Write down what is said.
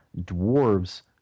dwarves